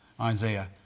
Isaiah